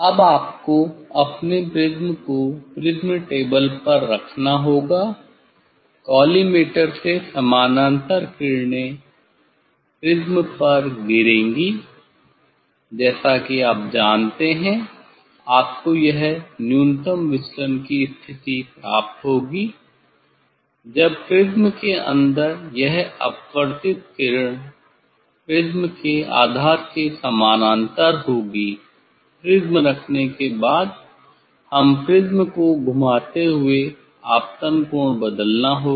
अब आपको अपने प्रिज्म को प्रिज़्म टेबल पर रखना होगा कॉलीमटोर से समानांतर किरणें प्रिज़्म पर गिरेंगी जैसा कि आप जानते हैं आपको यह न्यूनतम विचलन की स्थिति प्राप्त होगी जब प्रिज़्म के अंदर यह अपवर्तित किरण प्रिज़्म के आधार के समानांतर होगी प्रिज्म रखने के बाद हमें प्रिज्म को घुमाते हुए आपतन कोण बदलना होगा